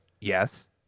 yes